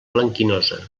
blanquinosa